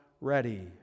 ready